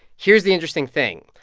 here's the interesting thing.